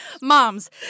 Moms